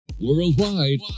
Worldwide